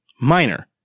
minor